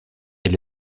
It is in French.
est